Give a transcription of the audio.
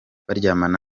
baryamana